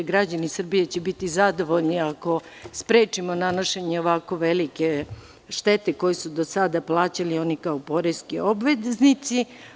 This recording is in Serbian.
Građani Srbije će biti zadovoljni ako sprečimo nanošenje ovako velike štete koju su do sada plaćali oni kao poreski obveznici.